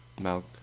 Milk